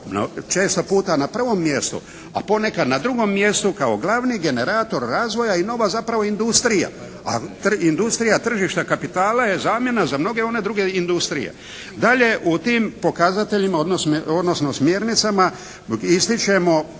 često puta na prvom mjestu, a ponekad na drugom mjestu kao glavni generator razvoja i nova zapravo industrija, a industrija tržišta kapitala je zamjena za mnoge one druge industrije. Dalje u tim pokazateljima, odnosno smjernicama ističemo